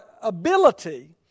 ability